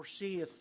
foreseeth